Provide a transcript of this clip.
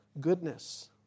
goodness